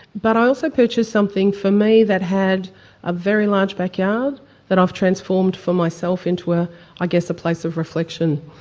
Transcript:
but i also purchased something for me that had a very large backyard that i've transformed for myself into ah i guess a place of reflection,